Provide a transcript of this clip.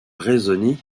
raisonner